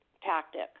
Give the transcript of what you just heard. tactic